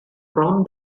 from